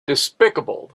despicable